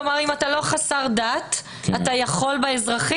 כלומר, אם אתה לא חסר דת, אתה יכול באזרחית?